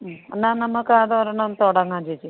എന്നാൽ നമ്മൾക്ക് അത് ഒരെണ്ണം തുടങ്ങാം ചേച്ചി